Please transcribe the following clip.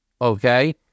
okay